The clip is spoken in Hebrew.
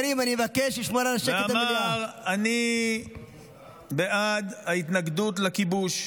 ואמר: אני בעד ההתנגדות לכיבוש,